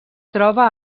troba